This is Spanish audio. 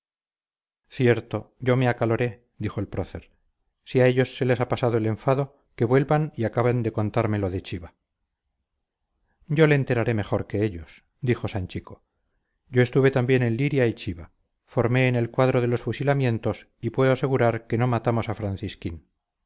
cierto yo me acaloré dijo el prócer si a ellos se les ha pasado el enfado que vuelvan y acaben de contarme lo de chiva yo le enteraré mejor que ellos dijo sanchico yo estuve también en liria y chiva formé en el cuadro de los fusilamientos y puedo asegurar que no matamos a francisquín